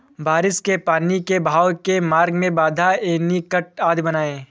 बारिश के पानी के बहाव के मार्ग में बाँध, एनीकट आदि बनाए